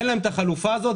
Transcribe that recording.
אין להם את החלופה הזאת,